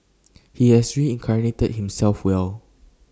he has reincarnated himself well